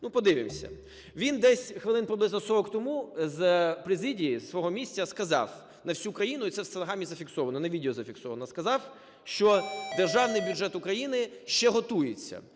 ну подивимося. Він десь хвилин приблизно 40 тому з президії, зі свого місця, сказав на всю країну, і це в стенограмі зафіксовано, на відео зафіксовано, сказав, що Державний бюджет України ще готується,